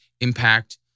impact